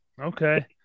Okay